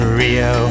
rio